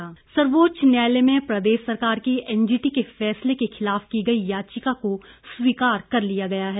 याचिका सर्वोच्च न्यायालय में प्रदेश सरकार की एनजीटी के फैसले के खिलाफ की गई याचिका को स्वीकार कर लिया है